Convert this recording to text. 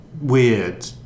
weird